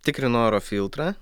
tikrinu oro filtrą